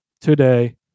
today